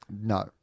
No